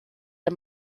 der